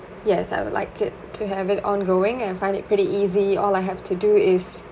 yes I would like it to have it ongoing and I find it pretty easy all I have to do is